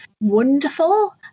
wonderful